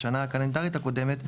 בשנה הקלנדרית הקודמת,